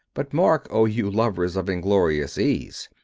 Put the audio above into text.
but mark, o you lovers of inglorious ease,